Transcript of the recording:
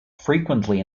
frequently